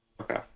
Okay